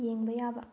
ꯌꯦꯡꯕ ꯌꯥꯕ